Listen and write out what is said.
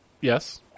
yes